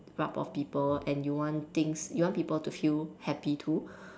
rub off people and you want things you want people to feel happy too